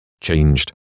changed